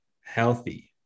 healthy